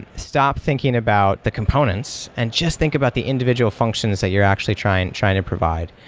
stop thinking about the components, and just think about the individual functions that you're actually trying and trying to provide.